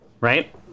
right